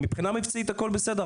מבחינה מקצועית הכול בסדר.